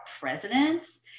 presidents